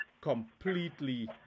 completely